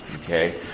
Okay